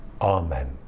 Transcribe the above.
Amen